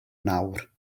nawr